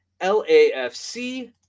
LAFC